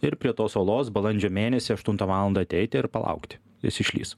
ir prie tos olos balandžio mėnesį aštuntą valandą ateiti ir palaukti jis išlįs